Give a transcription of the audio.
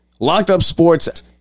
LockedUpSports